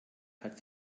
hat